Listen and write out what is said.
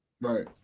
Right